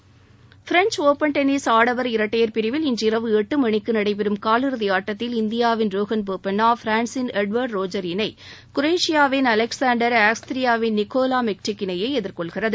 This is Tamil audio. விளையாட்டு செய்தி பிரெஞ்ச் ஒப்பள் டென்னிஸ் ஆடவர் இரட்டையர் பிரிவில் இன்று இரவு எட்டு மணிக்கு நடைபெறும் காலிறுதி ஆட்டத்தில் இந்தியாவின் ரோகன் போபண்ணா பிரான்சின் எட்வர்டு ரோஜர் இணை குரோஷியாவின் அலெக்சாண்டர் ஆஸ்திரியாவின் நிக்கோலா மெக்டிக் இணையை எதிர் கொள்கிறது